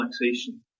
relaxation